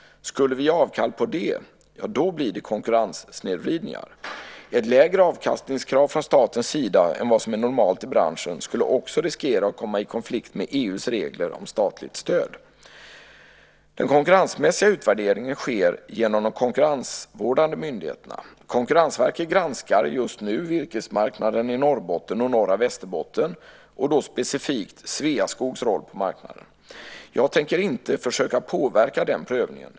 Skulle vi ge avkall på det blir det konkurrenssnedvridningar. Ett lägre avkastningskrav från statens sida än vad som är normalt i branschen skulle också riskera att komma i konflikt med EU:s regler om statligt stöd. Den konkurrensmässiga utvärderingen sker genom de konkurrensvårdande myndigheterna. Konkurrensverket granskar just nu virkesmarknaden i Norrbotten och norra Västerbotten och då specifikt Sveaskogs roll på marknaden. Jag tänker inte försöka påverka den prövningen.